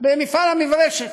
במפעל "המברשת".